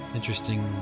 interesting